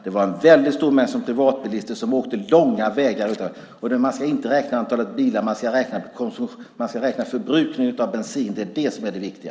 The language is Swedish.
Det var en väldigt stor mängd privatbilister som åkte långa vägar. Man ska inte räkna antalet bilar, utan man ska räkna förbrukningen av bensin. Det är det som är det viktiga.